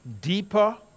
deeper